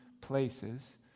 places